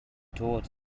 towards